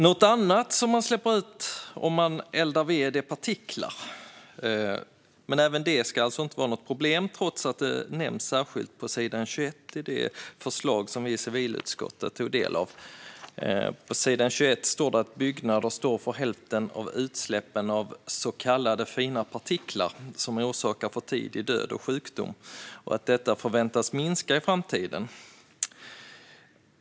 Något annat som man släpper ut om man eldar ved är partiklar, men det är alltså heller inte något problem, trots att det nämns särskilt på sidan 21 i det förslag som vi i civilutskottet har tagit del av. På sidan 21 står det att byggnader står för hälften av utsläppen av så kallade fina partiklar som orsakar för tidig död och sjukdom och att detta förväntas minska i framtiden.